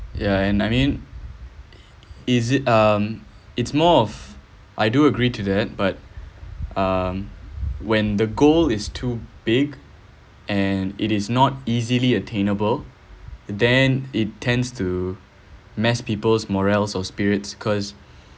yeah and I mean is it um it's more of I do agree to that but um when the goal is too big and it is not easily attainable then it tends to mess people's morales or spirits because